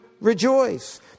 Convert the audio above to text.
rejoice